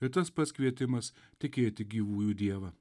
ir tas pats kvietimas tikėti gyvųjų dievą